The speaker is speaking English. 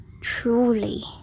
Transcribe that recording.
truly